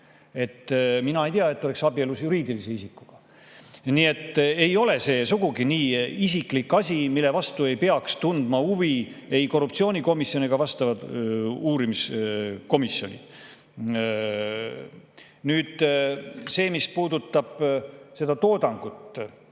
Mina ei tea, et ta oleks abielus juriidilise isikuga. Nii et ei ole see sugugi nii isiklik asi, et selle vastu ei peaks tundma huvi ei korruptsioonikomisjon ega vastav uurimiskomisjon. Nüüd see, mis puudutab seda toodangut.